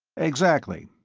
exactly.